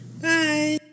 Bye